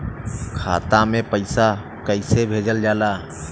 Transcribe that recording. खाता में पैसा कैसे भेजल जाला?